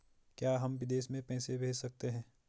क्या हम विदेश में पैसे भेज सकते हैं?